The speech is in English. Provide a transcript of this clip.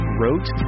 wrote